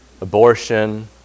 abortion